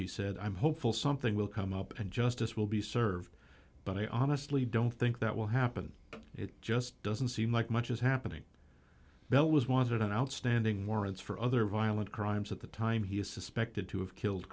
he said i'm hopeful something will come up and justice will be served but i honestly don't think that will happen it just doesn't seem like much is happening bell was wanted on outstanding warrants for other violent crimes at the time he is suspected to have killed